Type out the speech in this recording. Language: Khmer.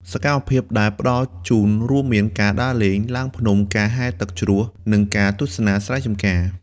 សកម្មភាពដែលផ្តល់ជូនរួមមាន ការដើរលេង ឡើងភ្នំ ការហែលទឹកជ្រោះ និងការទស្សនាស្រែចម្ការ។